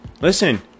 Listen